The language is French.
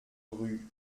rue